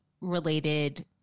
related